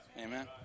Amen